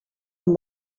amb